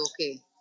okay